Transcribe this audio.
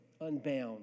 unbound